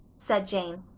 said jane.